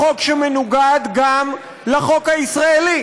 הוא חוק שמנוגד גם לחוק הישראלי.